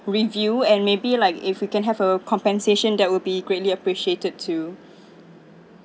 review and maybe like if we can have a compensation that will be greatly appreciated too